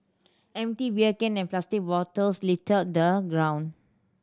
empty beer can plastic bottles littered the ground